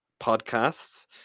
podcasts